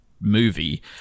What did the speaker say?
movie